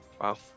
Wow